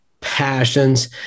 passions